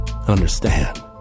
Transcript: Understand